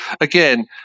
again